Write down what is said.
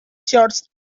shorts